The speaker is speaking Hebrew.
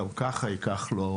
גם ככה ייקח לו,